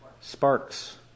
Sparks